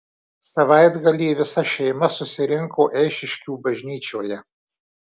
savaitgalį visa šeima susirinko eišiškių bažnyčioje